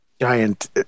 giant